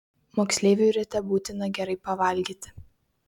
moksleiviui ryte būtina gerai pavalgyti